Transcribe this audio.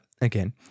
again